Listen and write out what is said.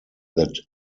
that